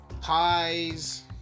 pies